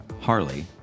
Harley